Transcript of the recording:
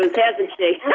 ah desert state